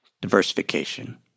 diversification